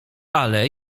ale